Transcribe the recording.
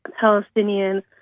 Palestinian